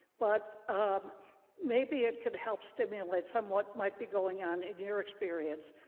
but um maybe it can help stimulate somewhat might be going on in your experience.